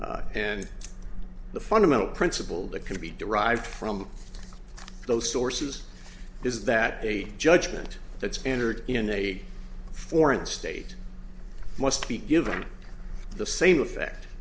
and the fundamental principle that can be derived from those sources is that a judgment that's entered in a foreign state must be given the same effect